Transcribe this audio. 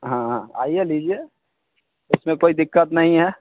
हाँ आइए लीजिए इसमें कोई दिक्कत नहीं है